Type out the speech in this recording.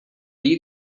you